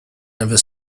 never